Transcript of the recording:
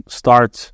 start